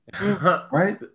Right